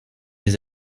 des